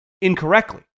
incorrectly